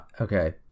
okay